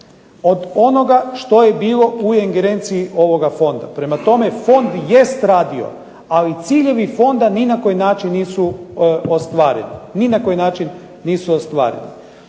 od onoga što je bilo u ingerenciji ovoga Fonda. Prema tome, Fond jest radio, ali ciljevi Fonda ni na koji način nisu ostvareni.